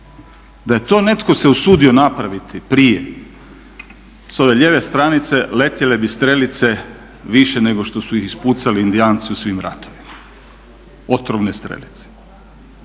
Da je to netko se usudio napraviti prije s ove lijeve stranice letjele bi strelice više nego što su ih ispucali Indijanci u svim ratovima, otrovne strelice.